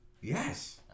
Yes